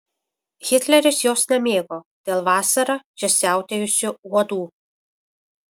hitleris jos nemėgo dėl vasarą čia siautėjusių uodų